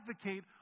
advocate